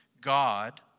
God